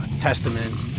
Testament